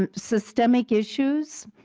um systemic issues.